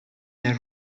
their